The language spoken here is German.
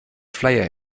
flyer